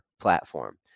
platform